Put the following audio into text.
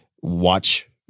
watch